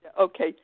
Okay